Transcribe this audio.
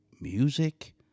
music